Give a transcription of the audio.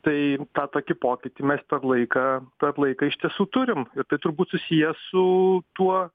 tai tą tokį pokytį mes per laiką per laiką iš tiesų turim ir tai turbūt susiję su tuo